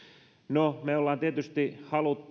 no me olemme tietysti